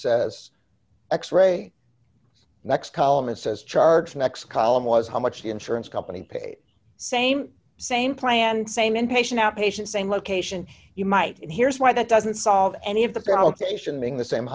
says x ray next column it says charge next column was how much the insurance company paid same same plan same inpatient outpatient same location you might and here's why that doesn't solve any of the